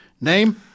Name